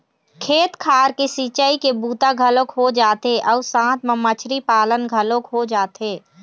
खेत खार के सिंचई के बूता घलोक हो जाथे अउ साथ म मछरी पालन घलोक हो जाथे